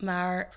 Maar